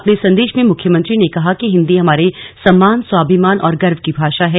अपने संदेश में मुख्यमंत्री ने कहा कि हिन्दी हमारे सम्मान स्वाभिमान और गर्य की भाषा है